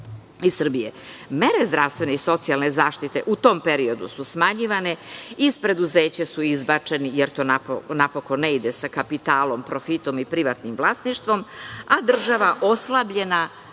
iz Srbije. Mere zdravstvene i socijalne zaštite u tom periodu su smanjivane. Iz preduzeća su izbačeni, jer to napokon ne ide sa kapitalom, profitom, i privatnim vlasništvom, a država oslabljena